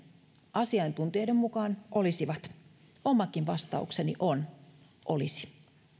asiantuntijoiden mukaan olisivat omakin vastaukseni on olisivat